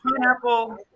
pineapple